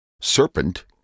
Serpent